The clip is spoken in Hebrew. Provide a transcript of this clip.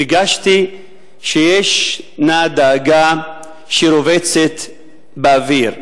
הרגשתי שיש דאגה שרובצת באוויר,